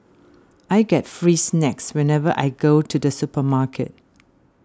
I get free snacks whenever I go to the supermarket